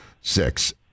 six